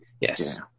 Yes